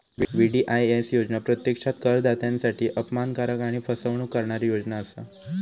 VDIS योजना प्रत्यक्षात करदात्यांसाठी अपमानकारक आणि फसवणूक करणारी योजना असा